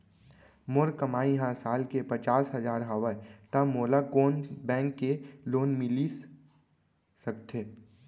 मोर कमाई ह साल के पचास हजार हवय त मोला कोन बैंक के लोन मिलिस सकथे?